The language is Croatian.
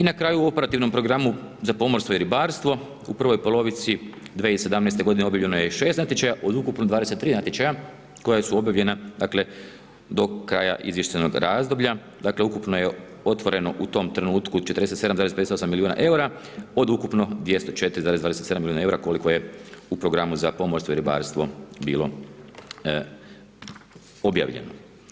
I na kraju, u operativnom programu za pomorstvo i ribarstvo u prvoj polovici 2017.g. objavljeno je 6 natječaja od ukupno 23 natječaja koja su objavljena, dakle, do kraja izvještajnog razdoblja, dakle, ukupno je otvoreno u tom trenutku 47,58 milijuna EUR-a od ukupno 204,27 milijuna EUR-a koliko je u programu za pomorstvo i ribarstvo bilo objavljeno.